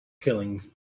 killing